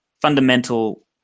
fundamental